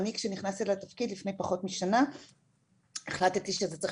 אני כשנכנסתי לתפקיד לפני פחות משנה החלטתי שזה צריך